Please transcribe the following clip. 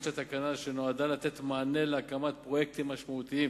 של התקנה שנועדה לתת מענה להקמת פרויקטים משמעותיים